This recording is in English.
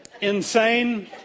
insane